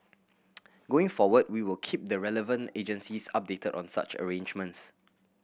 going forward we will keep the relevant agencies updated on such arrangements